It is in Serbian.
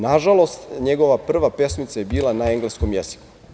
Nažalost, njegova prva pesmica je bila na engleskom jeziku.